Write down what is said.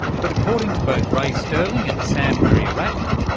but according to both ray sterling and sam ariaratnam,